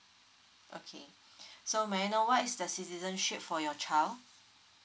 okay so may I know what is the citizenship for your child